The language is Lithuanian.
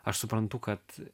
aš suprantu kad